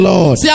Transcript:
Lord